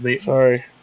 Sorry